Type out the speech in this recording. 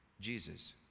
Jesus